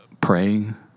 praying